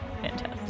Fantastic